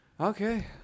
Okay